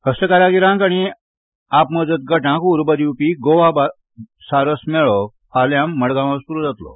हस्तकारागिरांक आनी आप मजत गटांक उर्बा दिवपी गोवा सारस मेळो फाल्यां मडगांवां सुरू जातलो